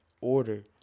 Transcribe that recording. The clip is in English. order